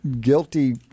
guilty